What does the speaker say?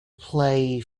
play